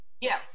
Yes